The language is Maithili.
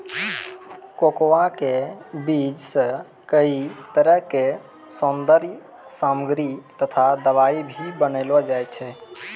कोकोआ के बीज सॅ कई तरह के सौन्दर्य सामग्री तथा दवाई भी बनैलो जाय छै